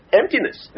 emptiness